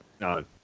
no